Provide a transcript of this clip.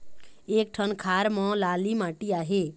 एक ठन खार म लाली माटी आहे?